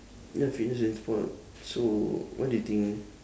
ya fitness and sport so what do you think